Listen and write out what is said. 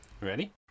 Ready